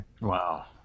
Wow